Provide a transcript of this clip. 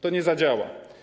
To nie zadziała.